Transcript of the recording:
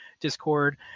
discord